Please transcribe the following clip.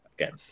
Again